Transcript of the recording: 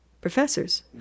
professors